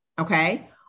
okay